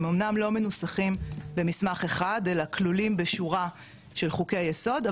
הם אמנם לא מנוסחים במסמך אחד אלה כלולים בשורה של חוקי היסוד,